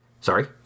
sorry